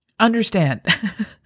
Understand